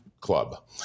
club